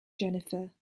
jennifer